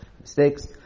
Mistakes